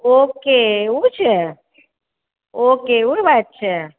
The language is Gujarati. ઓકે એવું છે ઓકે ઓકે એવી વાત છે